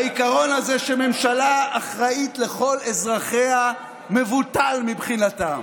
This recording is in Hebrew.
העיקרון הזה שממשלה אחראית לכל אזרחיה מבוטל מבחינתם.